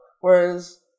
Whereas